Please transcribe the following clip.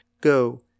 Go